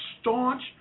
staunch